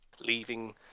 leaving